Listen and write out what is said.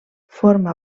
forma